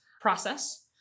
process